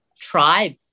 tribe